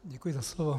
Děkuji za slovo.